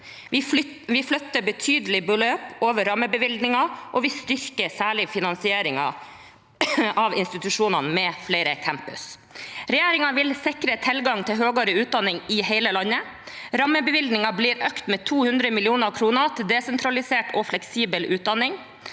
Vi flytter betydelige beløp over rammebevilgningen, og vi styrker særlig finansieringen av institusjonene med flere campuser. Regjeringen vil sikre tilgang til høyere utdanning i hele landet. Rammebevilgninger blir økt med 200 mill. kr til desentralisert og fleksibel utdanning.